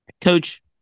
Coach